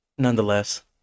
Nonetheless